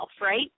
right